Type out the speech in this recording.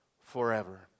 forever